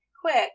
quick